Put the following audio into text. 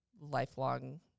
lifelong